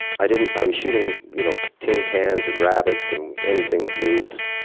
i didn't i was shooting you know tin cans and rabbits and anything that moved.